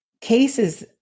cases